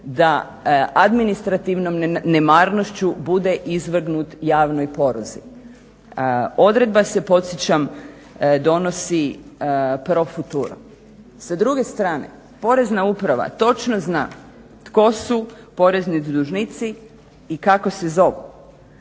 da administrativnom nemarnošću bude izvrgnut javnoj poruzi. Odredba se podsjećam donosi pro futuro. S druge strane, porezna uprava točno zna tko su porezni dužnici i kako se zovu.